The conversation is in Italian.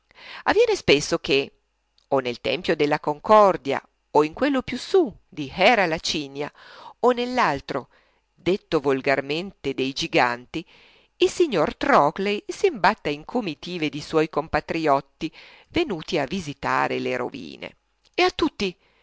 passeggiata avviene spesso che o nel tempio della concordia o in quello più su di hera lacinia o nell'altro detto volgarmente dei giganti il signor trockley s'imbatta in comitive di suoi compatriotti venute a visitare le rovine e a tutti